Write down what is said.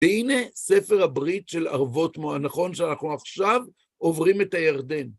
והנה ספר הברית של ערבות מואב, נכון, שאנחנו עכשיו עוברים את הירדן.